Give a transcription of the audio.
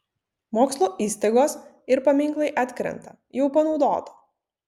mokslo įstaigos ir paminklai atkrenta jau panaudota